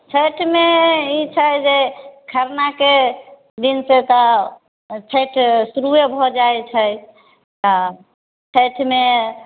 छठिमे ई छै जे खरनाके दिन से तऽ छठि शुरुए भऽ जाइ छै तऽ छठिमे